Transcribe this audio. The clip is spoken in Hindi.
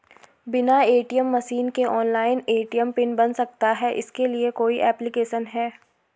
बिना ए.टी.एम मशीन के ऑनलाइन ए.टी.एम पिन बन सकता है इसके लिए कोई ऐप्लिकेशन है?